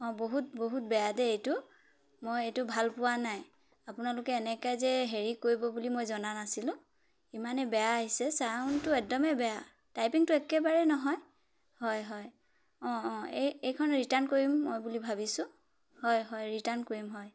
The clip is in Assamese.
অঁ বহুত বহুত বেয়া দেই এইটো মই এইটো ভাল পোৱা নাই আপোনালোকে এনেকৈ যে হেৰি কৰিব বুলি মই জনা নাছিলোঁ ইমানেই বেয়া আহিছে ছাউণ্ডটো একদমেই বেয়া টাইপিংটো একেবাৰেই নহয় হয় হয় অঁ অঁ এই এইখন ৰিটাৰ্ণ কৰিম মই বুলি ভাবিছোঁ হয় হয় ৰিটাৰ্ণ কৰিম হয়